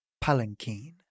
palanquin